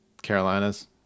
Carolinas